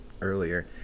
earlier